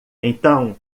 então